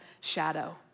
shadow